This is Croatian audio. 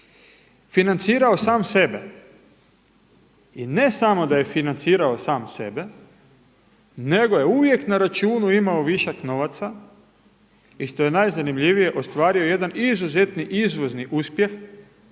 financirao sam sebe i ne samo da je financirao sam sebe, nego je uvijek na računu imao višak novaca i što je najzanimljivije ostvario je jedan izuzetni izvozni uspjeh